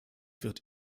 wird